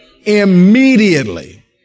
Immediately